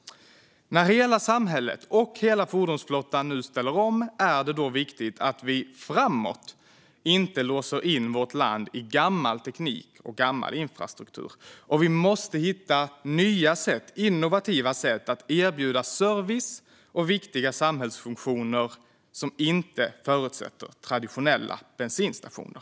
När hela samhället och hela fordonsflottan nu ställer om är det därför viktigt att vi inte låser in vårt land i gammal teknik och gammal infrastruktur. Vi måste hitta nya, innovativa sätt att erbjuda service och viktiga samhällsfunktioner som inte förutsätter traditionella bensinstationer.